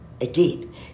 Again